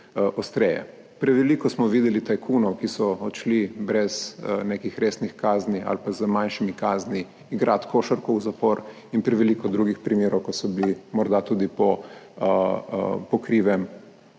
ostreje. Preveč smo videli tajkunov, ki so odšli brez nekih resnih kazni ali pa z manjšimi kaznimi igrat košarko v zapor, in preveč drugih primerov, ko so morda tudi po krivem